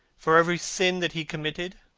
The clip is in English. for every sin that he committed,